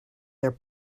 their